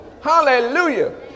Hallelujah